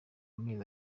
mezi